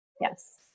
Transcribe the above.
Yes